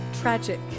tragic